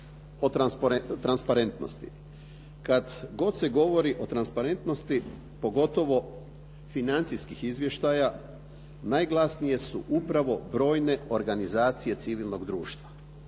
o transparentnosti. Kad god se govori o transparentnosti, pogotovo financijskih izvještaja, najglasnije su upravo brojne organizacije civilnog društva.